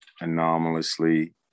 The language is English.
anomalously